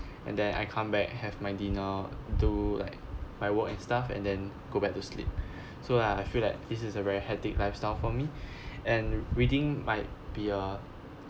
and then I come back have my dinner do like my work and stuff and then go back to sleep so like I feel like this is a very hectic lifestyle for me and reading might be a